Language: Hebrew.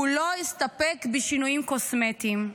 הוא לא הסתפק בשינויים קוסמטיים,